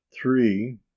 three